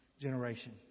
generation